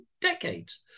decades